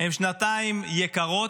הן שנתיים יקרות,